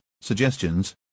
suggestions